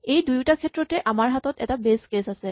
এই দুয়োটা ক্ষেত্ৰতে আমাৰ হাতত এটা বেচ কেচ আছে